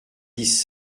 dix